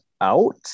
out